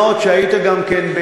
מה עוד שהיית גם כן,